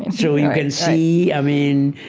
and so you can see, i mean,